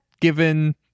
given